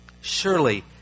Surely